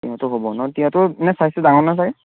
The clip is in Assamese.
তিয়ঁহটো হ'ব ন তিয়ঁহটো মানে ছাইজটো ডাঙৰ নহয় ছাগৈ